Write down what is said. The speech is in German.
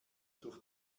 durch